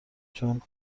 چون